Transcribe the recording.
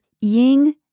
Ying